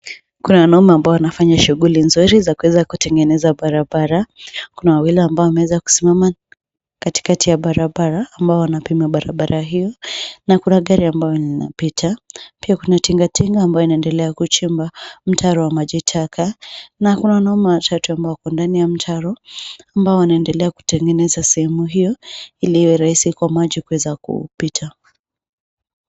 Kuna mama ambao wanafanya shughuli nzuri za kuweza kutengeneza barabara, kuna wawili ambao wameweza kusimama katikati ya barabara ambao wanapima barabara hii na kuna gari ambayo inapita, pia kuna tingatinga ambayo inaendelea kuchimba mtaro wa maji taka na kuna wanaume watatu wako ndani ya mtaro ambao wanaendelea kutengeneza sehemu hio ili iwe rahisi kwa maji kuweza kupita.